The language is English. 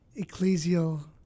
ecclesial